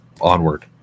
onward